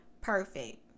perfect